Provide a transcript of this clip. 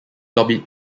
lobbied